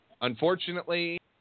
unfortunately